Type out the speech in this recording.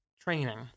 training